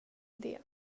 idé